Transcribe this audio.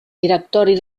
directori